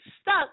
stuck